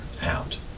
out